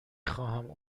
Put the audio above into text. خواهم